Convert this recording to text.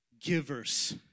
givers